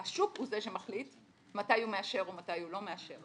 הוא זה שמחליט מתי הוא מאשר ומתי הוא לא מאשר.